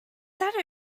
that